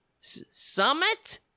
summit